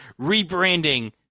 rebranding